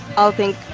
i'll think,